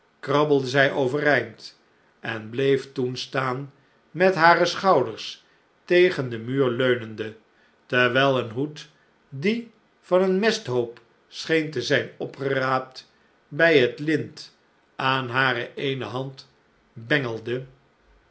krabbelde zij overeind en bleef toen staan met hare schouders tegen den muur leunende terwijl een hoed die van een mesthoop scheen te zijn opgeraapt bij het lint aan hare eene hand bengelde